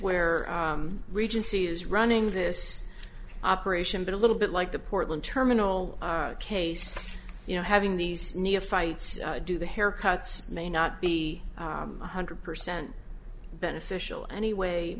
where regency is running this operation but a little bit like the portland terminal case you know having these neophytes do the haircuts may not be one hundred percent beneficial anyway i